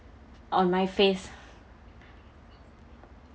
on my face